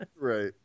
Right